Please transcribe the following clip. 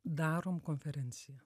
darom konferenciją